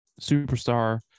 superstar